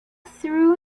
threw